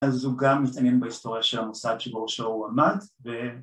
‫אז הוא גם מתעניין בהיסטוריה ‫של המושג שבראשו הוא עמד.